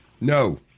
No